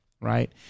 right